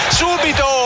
subito